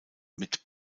mit